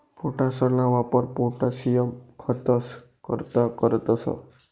पोटाशना वापर पोटाशियम खतंस करता करतंस